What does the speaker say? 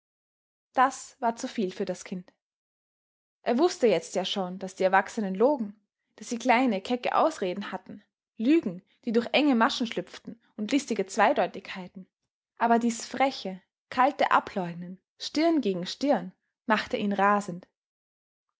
das war zuviel für das kind er wußte jetzt ja schon daß die erwachsenen logen daß sie kleine kecke ausreden hatten lügen die durch enge maschen schlüpften und listige zweideutigkeiten aber dies freche kalte ableugnen stirn gegen stirn machte ihn rasend